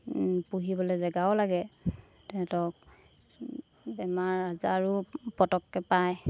পুহিবলৈ জেগাও লাগে তাহাঁতক বেমাৰ আজাৰো পতককৈ পায়